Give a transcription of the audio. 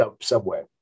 subway